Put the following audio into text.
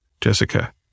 Jessica